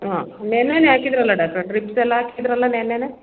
ಹಾಂ ನೆನ್ನೆಯೇ ಹಾಕಿದ್ರಲ್ಲ ಡಾಕ್ಟರ್ ಡ್ರಿಪ್ಸೆಲ್ಲ ಹಾಕಿದ್ರಲ್ಲ ನೆನ್ನೆಯೇ